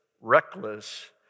reckless